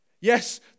Yes